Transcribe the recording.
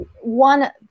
one